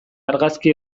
argazki